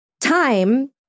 time